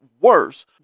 worse